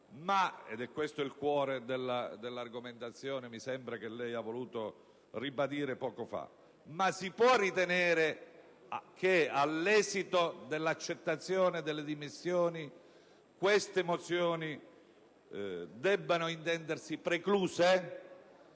- è questo il cuore dell'argomentazione che lei ha voluto ribadire poco fa - si può ritenere che, all'esito dell'accettazione delle dimissioni, quelle mozioni debbano intendersi precluse?